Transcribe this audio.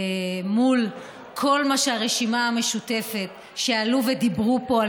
מול כל מה שהרשימה המשותפת עלו ודיברו פה על